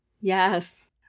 Yes